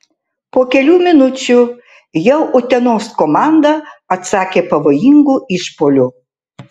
po kelių minučių jau utenos komanda atsakė pavojingu išpuoliu